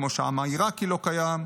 כמו שהעם העיראקי לא קיים,